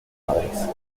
madrid